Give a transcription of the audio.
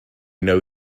know